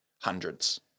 hundreds